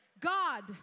God